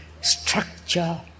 structure